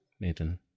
Nathan